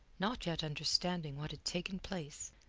not yet understanding what had taken place,